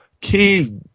key